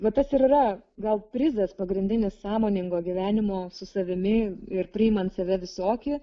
va tas ir yra gal prizas pagrindinis sąmoningo gyvenimo su savimi ir priimant save visokį